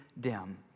dim